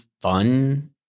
fun